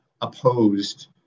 opposed